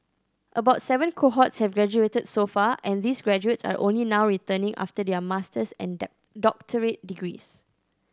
about seven cohorts have graduated so far and these graduates are only now returning after their master's and doctorate degrees